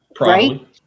right